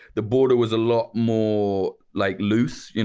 the border was a lot more like loose. you know